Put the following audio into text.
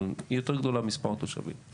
אבל היא יותר גדולה מבחינת התושבים.